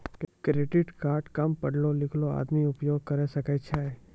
Credit card काम पढलो लिखलो आदमी उपयोग करे सकय छै?